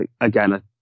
again